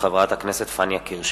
הצעת חברת הכנסת פניה קירשנבאום,